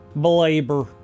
belabor